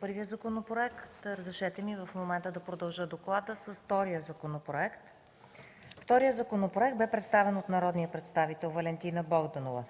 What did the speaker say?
първия законопроект. Разрешете ми да продължа доклада с втория законопроект. „Вторият законопроект бе представен от народния представител Валентина Богданова.